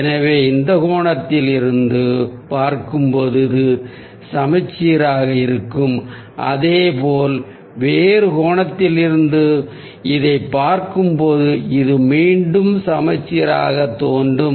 எனவே இந்த கோணத்தில் இருந்து பார்க்கும்போது இது சமச்சீராக இருக்கும் அதேபோல் வேறு கோணத்தில் இருந்து இதைப் பார்க்கப் போகும்போது இது மீண்டும் சமச்சீராகத் தோன்றும்